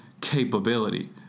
capability